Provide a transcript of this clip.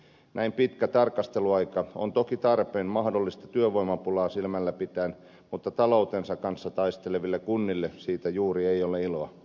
näin pitkä tarkasteluaika on toki tarpeen mahdollista työvoimapulaa silmälläpitäen mutta taloutensa kanssa taisteleville kunnille siitä juuri ei ole iloa